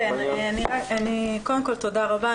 כן, קודם כל תודה רבה.